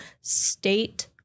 state